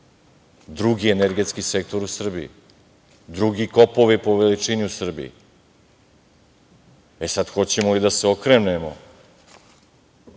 drugi energetski sektor u Srbiji, drugi kopovi po veličini u Srbiji.E sad, da li ćemo da se okrenemo